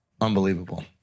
Unbelievable